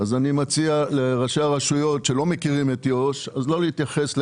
אני מציע לראשי הרשויות שלא מכירים את יהודה ושומרון,